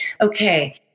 okay